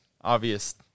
obvious